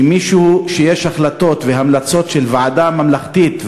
שיש החלטות והמלצות של ועדה ממלכתית,